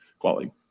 quality